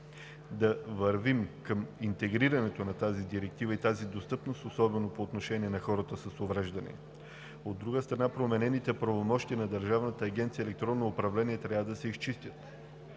да вървим към интегрирането на тази директива и тази достъпност, особено по отношение на хората с увреждания. От друга страна, променените правомощия на Държавната агенция „Електронно управление“ трябва да се изчистят.